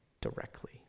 directly